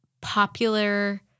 popular